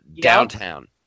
downtown